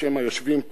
היושבים פה,